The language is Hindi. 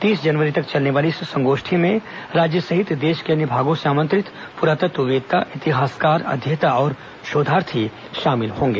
तीस जनवरी तक चलने वाली इस संगोष्ठी में राज्य सहित देश के अन्य भागों से आमंत्रित पुरातत्ववेत्ता इतिहासकार अध्येता और शोधार्थी शामिल होंगे